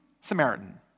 Samaritan